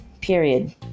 period